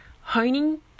honing